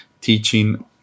teaching